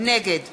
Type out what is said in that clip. נגד